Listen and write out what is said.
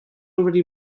already